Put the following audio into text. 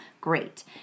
great